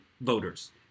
voters